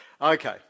okay